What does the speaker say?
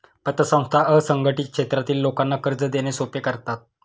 पतसंस्था असंघटित क्षेत्रातील लोकांना कर्ज देणे सोपे करतात